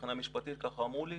מבחינה משפטית ככה אמרו לי,